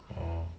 orh